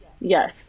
Yes